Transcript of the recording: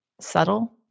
Subtle